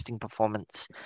performance